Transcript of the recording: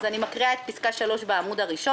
אני קוראת את פסקה (3) בעמוד הראשון.